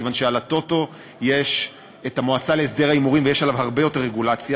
כיוון שעל הטוטו יש המועצה להסדר ההימורים ויש עליו הרבה יותר רגולציה,